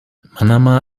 manama